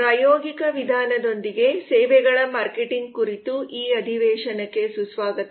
ಪ್ರಾಯೋಗಿಕ ವಿಧಾನದೊಂದಿಗೆ ಸೇವೆಗಳ ಮಾರ್ಕೆಟಿಂಗ್ ಕುರಿತು ಈ ಅಧಿವೇಶನಕ್ಕೆ ಸುಸ್ವಾಗತ